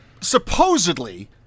supposedly